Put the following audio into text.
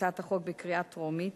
בהצעת החוק בקריאה טרומית,